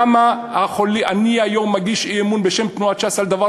אני מגיש היום אי-אמון בשם תנועת ש"ס על דבר